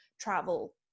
travel